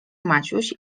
maciuś